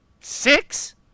Six